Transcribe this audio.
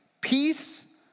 peace